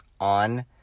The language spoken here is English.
on